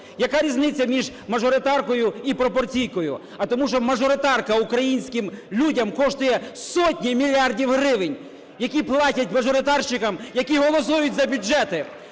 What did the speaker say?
Яка різниця між мажоритаркою і пропорційкою? А тому що мажоритарка українським людям коштує сотні мільярдів гривень, які платять мажоритарщикам, які голосують за бюджети.